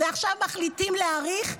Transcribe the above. ועכשיו מחליטים להאריך,